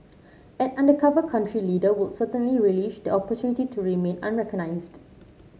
an undercover country leader would certainly relish the opportunity to remain unrecognised